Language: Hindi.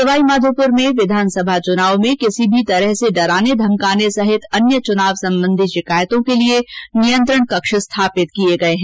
सवाईमाधोपुर विधानसभा चुनाव में किसी भी प्रकार से डराने धमकाने सहित अन्य चुनाव संबंधी शिकायतों के लिए नियंत्रण कक्ष स्थापित किए गए हैं